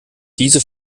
diese